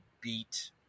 beat